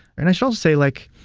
and i should also say, like,